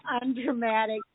undramatic